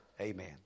Amen